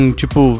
tipo